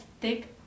thick